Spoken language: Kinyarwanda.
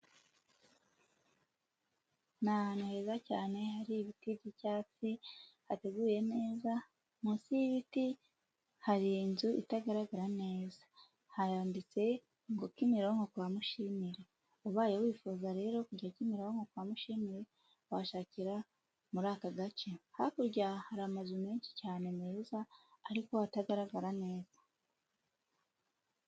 N'ahantu heza cyane hari ibiti by'icyatsi hateguye neza, munsi y'ibiti hari inzu itagaragara neza haranditse ngo Kimironko Kwamushimira, ubaye wifuza rero kujya Kimironko Kwamushimire washakira muri aka gace, hakurya hari amazu menshi cyane meza ariko atagaragara neza.